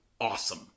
awesome